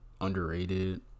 underrated